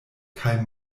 kaj